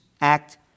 Act